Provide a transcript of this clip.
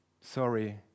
sorry